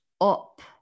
up